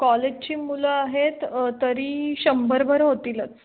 कॉलेजची मुलं आहेत तरी शंभरभर होतीलच